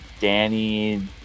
danny